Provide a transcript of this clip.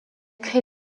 crée